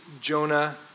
Jonah